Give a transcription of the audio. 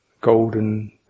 golden